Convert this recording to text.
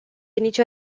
nicio